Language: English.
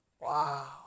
Wow